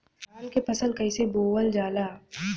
धान क फसल कईसे बोवल जाला?